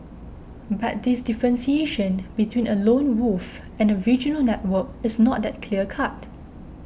but this differentiation between a lone wolf and a regional network is not that clear cut